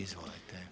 Izvolite.